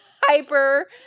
hyper